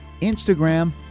Instagram